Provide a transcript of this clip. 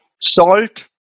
Salt